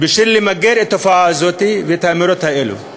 כדי למגר את התופעה הזאת ואת האמירות האלה.